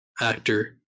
actor